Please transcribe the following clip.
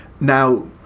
Now